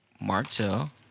Martell